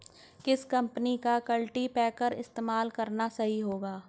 किस कंपनी का कल्टीपैकर इस्तेमाल करना सही होगा?